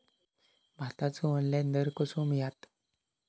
भाताचो ऑनलाइन दर कसो मिळात?